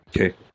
Okay